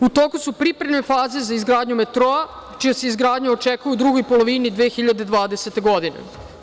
U toku su pripremne faze za izgradnju metroa, čija se izgradnja očekuje u drugoj polovini 2020. godine.